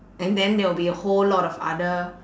and then there'll be a whole lot of other